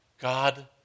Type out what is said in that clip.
God